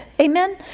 Amen